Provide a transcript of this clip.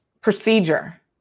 procedure